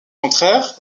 contraire